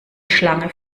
schlange